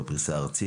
בפריסה ארצית,